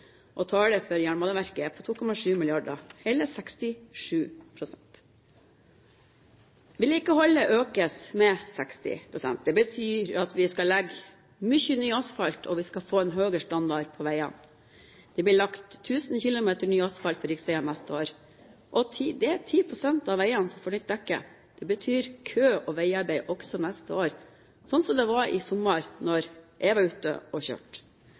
2005. Tallet for Jernbaneverket er på 2,7 mrd. kr – hele 67 pst. Vedlikeholdet økes med 60 pst. Det betyr at vi skal legge mye ny asfalt, og at vi skal få en høyere standard på veiene. Det blir lagt 1 000 km ny asfalt på riksveiene neste år, og 10 pst. av veiene får nytt dekke. Det betyr kø og veiarbeid også neste år, sånn som det var i sommer da jeg var ute og kjørte.